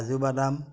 কাজু বাদাম